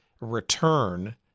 return